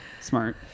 Smart